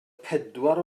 pedwar